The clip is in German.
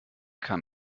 kann